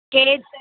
केसर्